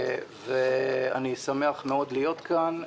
אני שמח מאוד להיות כאן.